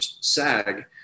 SAG